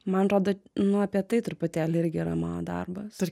man atrodo nu apie tai truputėlį irgi yra mano darbas